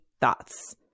thoughts